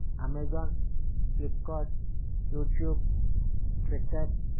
amazon Flipkart YouTube twitter